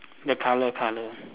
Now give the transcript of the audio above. the colour colour